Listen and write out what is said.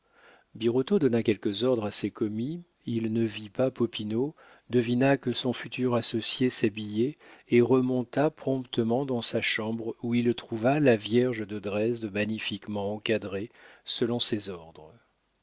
donna quelques ordres à ses commis il ne vit pas popinot devina que son futur associé s'habillait et remonta promptement dans sa chambre où il trouva la vierge de dresde magnifiquement encadrée selon ses ordres